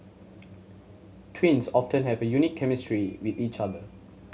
twins often have a unique chemistry with each other